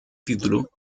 título